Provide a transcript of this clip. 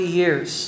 years